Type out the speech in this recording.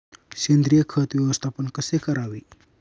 सेंद्रिय खत व्यवस्थापन कसे करावे?